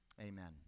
Amen